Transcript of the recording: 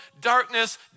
darkness